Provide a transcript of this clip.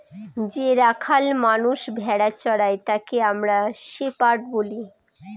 যে রাখাল মানষ ভেড়া চোরাই তাকে আমরা শেপার্ড বলি